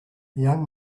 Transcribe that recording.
young